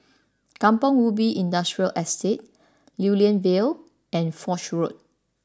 Kampong Ubi Industrial Estate Lew Lian Vale and Foch Road